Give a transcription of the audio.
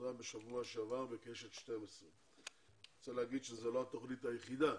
ששודרה בשבוע שעבר בקשת 12. אני רוצה לומר שזו לא התוכנית היחידה.